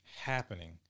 happening